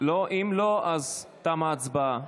אם לא, תמה ההצבעה.